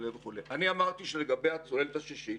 אני אמרתי שלגבי הצוללת השישית